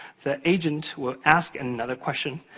the agent will ask another question,